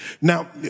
Now